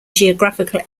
geographical